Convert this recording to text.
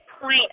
point